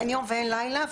אין יום ואין לילה.